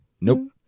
Nope